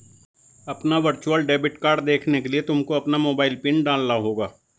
अपना virtual debit card देखने के लिए तुमको अपना मोबाइल पिन डालना होगा